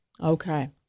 Okay